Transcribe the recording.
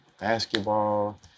basketball